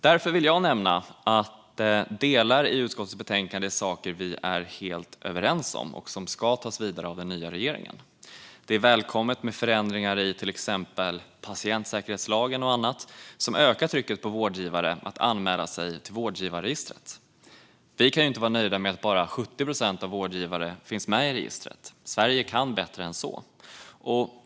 Därför vill jag nämna att delar i utskottets betänkande är saker vi är helt överens om och som ska tas vidare av den nya regeringen. Det är välkommet med förändringar i till exempel patientsäkerhetslagen, för de skulle öka trycket på vårdgivare att anmäla sig till vårdgivarregistret. Vi kan inte vara nöjda med att bara 70 procent av vårdgivarna finns med i registret. Sverige kan bättre!